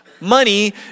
Money